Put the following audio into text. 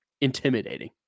intimidating